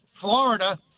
Florida